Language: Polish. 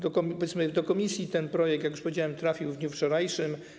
Do komisji ten projekt, jak już powiedziałem, trafił w dniu wczorajszym.